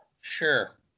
Sure